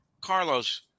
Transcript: Carlos –